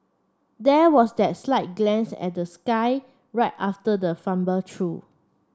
there was that slight glance at the sky right after the fumble true